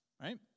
right